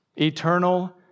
eternal